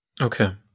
Okay